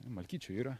malkyčių yra